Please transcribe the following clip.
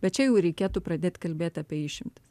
bet čia jau reikėtų pradėt kalbėt apie išimtis